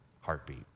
heartbeat